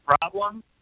problem